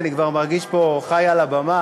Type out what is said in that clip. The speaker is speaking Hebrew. אני כבר מרגיש פה חי על הבמה,